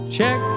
Check